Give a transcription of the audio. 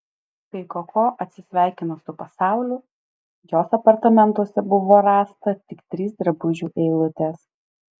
kai koko atsisveikino su pasauliu jos apartamentuose buvo rasta tik trys drabužių eilutės